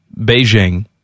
Beijing